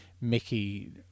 Mickey